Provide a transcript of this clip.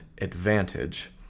advantage